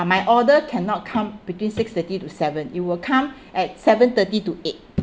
uh my order cannot come between six thirty to seven it will come at seven thirty to eight